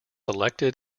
elected